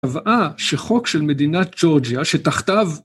‫הבאה שחוק של מדינת ג׳ורג׳יה, ‫שתחתיו...